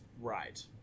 right